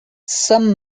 some